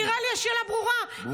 נראה לי שהשאלה ברורה -- ברורה.